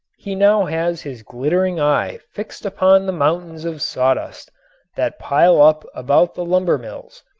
he now has his glittering eye fixed upon the mountains of sawdust that pile up about the lumber mills.